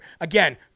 Again